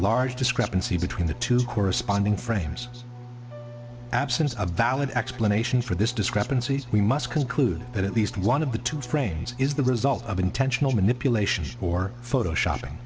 large discrepancy between the two corresponding frames absence of valid explanation for this discrepancy we must conclude that at least one of the two frames is the result of intentional manipulations or photoshopping